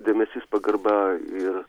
dėmesys pagarba ir